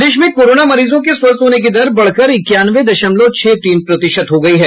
प्रदेश में कोरोना मरीजों के स्वस्थ होने की दर बढ़कर इक्यानवे दशमलव छः तीन प्रतिशत हो गयी है